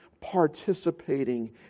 Participating